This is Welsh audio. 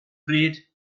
pryd